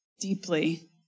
deeply